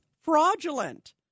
fraudulent